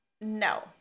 No